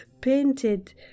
painted